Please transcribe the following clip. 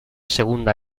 segunda